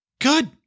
good